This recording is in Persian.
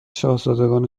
شاهزادگان